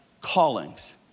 callings